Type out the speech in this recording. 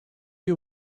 you